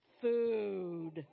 Food